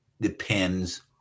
depends